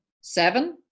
Seven